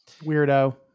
Weirdo